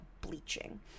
bleaching